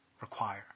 require